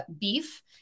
beef